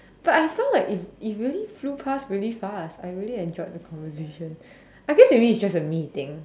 but I sound like it it really flew past really fast I really enjoyed the conversation I guess maybe it's just a me thing